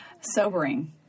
sobering